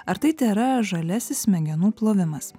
ar tai tėra žaliasis smegenų plovimas